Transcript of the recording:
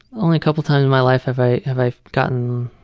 only a couple times in my life have i have i gotten